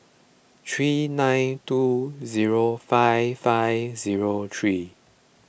three nine two zero five five zero three